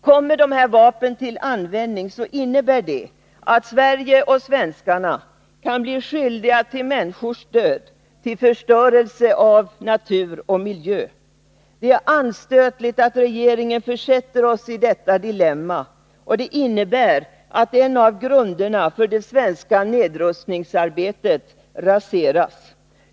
Kommer dessa vapen till användning, innebär det att Sverige och svenskarna kan bli skyldiga till människors död och till förstörelse av natur och miljö. Det är anstötligt att regeringen försätter oss i detta dilemma. Det innebär att en av grunderna för det svenska nedrustningsarbetet raseras.